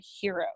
hero